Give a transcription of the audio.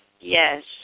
Yes